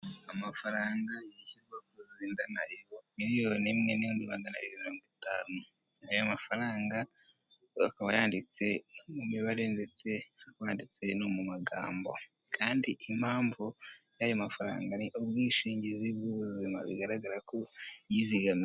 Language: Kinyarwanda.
Amafaranga miliyoni imwe n'ibihumbi magana abiri na mirongo itanu, ayo mafaranga akaba yanditse mu mibare ndetse abandiditse no mu magambo kandi impamvu y'ayo mafaranga ni ubwishingizi bw'ubuzima bigaragara ko yizigamiye.